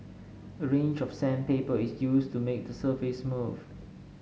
a range of sandpaper is used to make the surface smooth